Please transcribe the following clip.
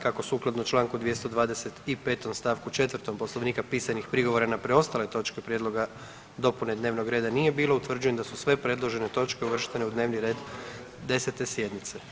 Kako sukladno čl. 225. st. 4. poslovnika pisanih prigovora na preostale točke prijedloga dopune dnevnog reda nije bilo utvrđujem da su sve predložene točke uvrštene u dnevni red 10. sjednice.